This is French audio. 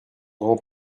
grand